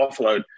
offload